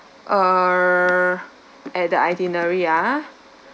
uh at the itinerary ah